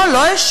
לא, לא אשב.